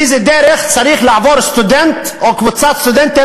איזה דרך צריכים לעבור סטודנט או קבוצת סטודנטים